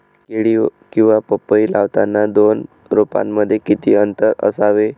केळी किंवा पपई लावताना दोन रोपांमध्ये किती अंतर असावे?